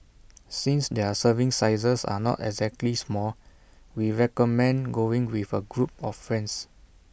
since their serving sizes are not exactly small we recommend going with A group of friends